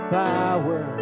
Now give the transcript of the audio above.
power